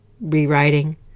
rewriting